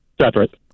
separate